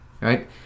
right